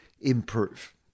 improve